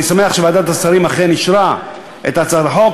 אני שמח שוועדת השרים אכן אישרה את הצעת החוק,